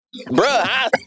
Bruh